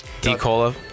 D-Cola